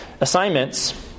Assignments